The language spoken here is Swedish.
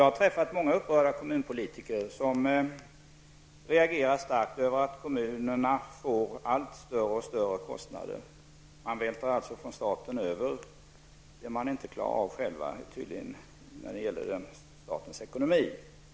Jag har träffat många upprörda kommunalpolitiker, som reagerar starkt över att kommunerna får allt större kostnader. Staten vältrar tydligen över det man inte klarar själv när det gäller statens ekonomi.